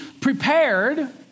prepared